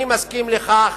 אני מסכים לכך